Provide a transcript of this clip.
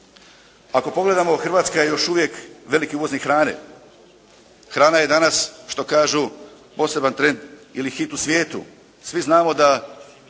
Ako pogledamo Hrvatska je još uvijek veliki uvoznik hrane. Hrana je danas što kažu, poseban trend ili hit u svijetu. Svi znamo da